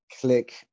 click